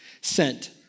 sent